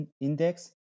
index